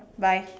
bye